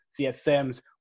CSMs